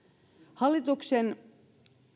hallituksen